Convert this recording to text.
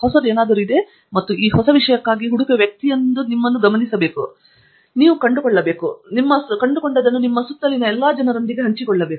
ಹೊಸದು ಏನಾದರೂ ಇದೆ ಮತ್ತು ಈ ಹೊಸ ವಿಷಯಕ್ಕಾಗಿ ಹುಡುಕುವ ವ್ಯಕ್ತಿಯೆಂದು ನೀವು ಕಾಣುತ್ತೀರಿ ಅದನ್ನು ಕಂಡುಕೊಳ್ಳುವಿರಿ ಮತ್ತು ಅದನ್ನು ನಿಮ್ಮ ಸುತ್ತಲಿನ ಎಲ್ಲ ಜನರೊಂದಿಗೆ ಹಂಚಿಕೊಳ್ಳುವಿರಿ